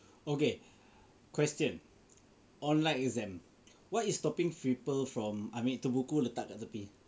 okay question online exam what is stopping people from I mean to buku letak kat tepi